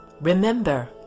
Remember